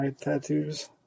Tattoos